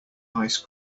ice